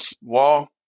wall